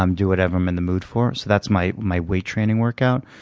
um do whatever i'm in the mood for. so that's my my weight training workout.